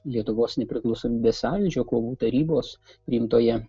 lietuvos nepriklausomybės sąjūdžio kovų tarybos priimtoje